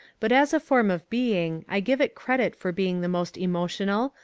but as a form of being i give it credit for being the most emotional,